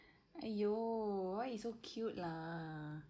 !aiyo! why he so cute lah